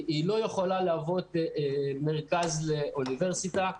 היא לא יכולה להוות מרכז אוניברסיטאי.